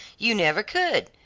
you never could,